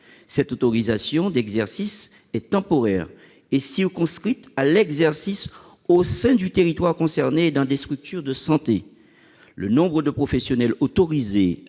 Cette autorisation d'exercice est temporaire et circonscrite à l'exercice au sein du territoire visé et dans les structures de santé. Le nombre de professionnels autorisés